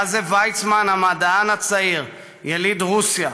ויצמן, המדען הצעיר, יליד רוסיה,